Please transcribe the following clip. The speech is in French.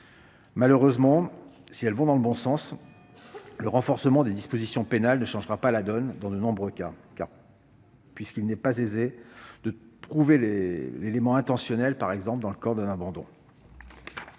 Malheureusement, s'il va dans le bon sens, le renforcement des dispositions pénales ne changera pas la donne dans de nombreux cas. En effet, il n'est pas aisé de prouver l'élément intentionnel, par exemple dans le cas d'un abandon.